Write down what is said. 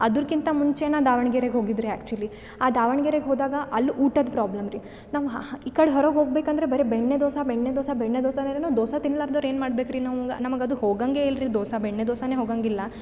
ಅದರ್ಕ್ಕಿಂತ ಮುಂಚೆ ನಾ ದಾವಣಗೆರೆಗ್ ಹೋಗಿದ್ದು ರೀ ಆ್ಯಕ್ಚುಲಿ ಆ ದಾವಣಗೆರೆಗ್ ಹೋದಾಗ ಅಲ್ಲಿ ಊಟದ ಪ್ರಾಬ್ಲಮ್ ರೀ ನಾವು ಈ ಕಡೆ ಹೊರಗೆ ಹೋಗ್ಬೇಕು ಅಂದರೆ ಬರಿ ಬೆಣ್ಣೆ ದೋಸೆ ಬೆಣ್ಣೆ ದೋಸೆ ಬೆಣ್ಣೆ ದೋಸೆನೇ ರೀ ನಾವು ದೋಸೆ ತಿನ್ಲಾರ್ದವ್ರು ಏನು ಮಾಡ್ಬೇಕು ರೀ ನಾವು ನಮಗೆ ಅದು ಹೋಗಂಗೆ ಇಲ್ರಿ ದೋಸೆ ಬೆಣ್ಣೆ ದೋಸೆ ನೇ ಹೋಗಂಗಿಲ್ಲ